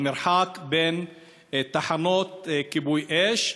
המרחק בין תחנות כיבוי אש.